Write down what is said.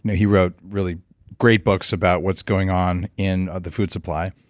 he wrote really great books about what's going on in the food supply.